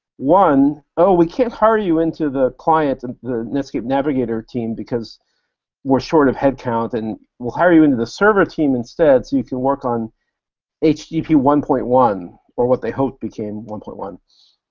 one, oh, we can't hire you into the client, and the netscape navigator team, because we're short of headcount and we'll hire you into the server team instead so you can work on http one point one, or what they hoped became one point one.